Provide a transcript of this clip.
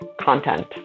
content